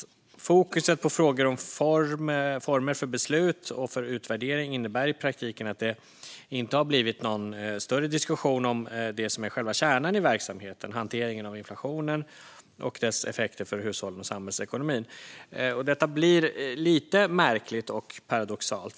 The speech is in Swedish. Fokuset på frågor om former för beslut och utvärdering innebär i praktiken att det inte har blivit någon större diskussion om det som är själva kärnan i verksamheten: hanteringen av inflationen och dess effekter för hushållen och samhällsekonomin. Detta blir lite märkligt och paradoxalt.